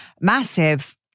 massive